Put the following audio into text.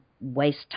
waste